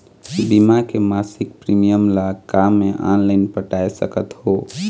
बीमा के मासिक प्रीमियम ला का मैं ऑनलाइन पटाए सकत हो?